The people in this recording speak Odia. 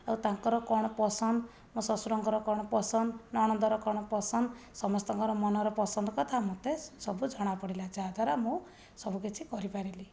ଆଉ ତାଙ୍କର କଣ ପସନ୍ଦ ମୋ ଶଶୁରଙ୍କର କଣ ପସନ୍ଦ ନଣନ୍ଦର କଣ ପସନ୍ଦ ସମସ୍ତଙ୍କର ମନର ପସନ୍ଦ କଥା ମତେ ସବୁ ଜଣାପଡ଼ିଲା ଯାହାଦ୍ୱାରା ମୁଁ ସବୁକିଛି କରିପାରିଲି